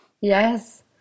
Yes